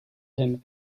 him